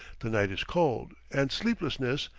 the night is cold, and sleeplessness,